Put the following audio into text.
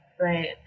right